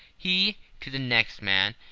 he to the next man,